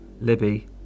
Libby